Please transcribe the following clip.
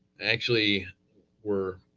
actually were,